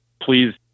please